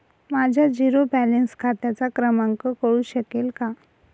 माझ्या zero balance खात्याचा क्रमांक कळू शकेल का?